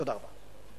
תודה רבה.